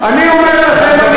אני אומר לכם,